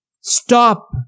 Stop